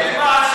חבר הכנסת עודה,